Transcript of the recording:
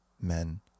men